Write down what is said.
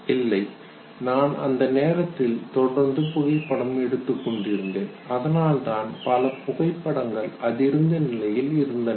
இல்லை நான் அந்த நேரத்தில் தொடர்ந்து புகைப்படம் எடுத்துக் கொண்டிருந்தேன் அதனால்தான் பல புகைப்படங்கள் அதிர்ந்த நிலையில் இருந்தன